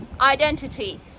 identity